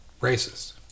racist